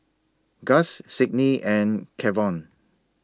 Gus Sidney and Kevon